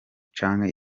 canke